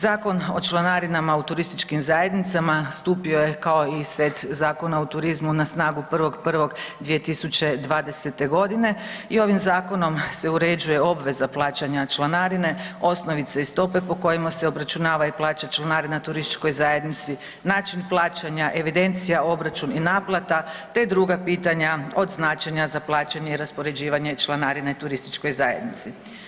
Zakon o članarinama u turističkim zajednicama stupio je kao i set zakona o turizmu na snagu 1.1.2020. godine i ovim zakonom se uređuje obveza plaćanja članarine, osnovice i stope po kojima se obračunava i plaća članarina turističkoj zajednici, način plaćanja, evidencija, obračun i naplata te druga pitanja od značenja za plaćanje i raspoređivanje članarine turističkoj zajednici.